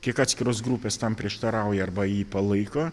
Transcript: kiek atskiros grupės tam prieštarauja arba jį palaiko